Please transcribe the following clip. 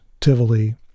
Tivoli